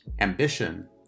ambition